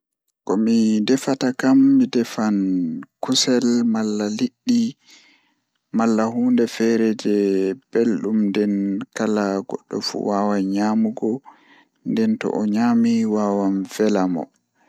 Komi defata kam mi tefan kusel malla Liɗɗi malla huunde feere belɗum, Nden kala goɗɗo fuu wawan nyamugo nden to onyami wawan vela mo